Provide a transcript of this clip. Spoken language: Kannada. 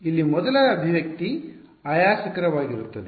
ಇಲ್ಲಿ ಮೊದಲ ಅಭಿವ್ಯಕ್ತಿ ಆಯಾಸಕರ ವಾಗಿರುತ್ತದೆ